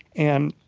and